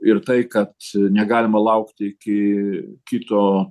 ir tai kad negalima laukti iki kito